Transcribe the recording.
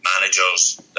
managers